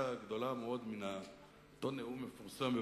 גדולה מאוד מאותו נאום מפורסם בבר-אילן,